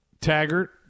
Taggart